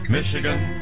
Michigan